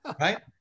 Right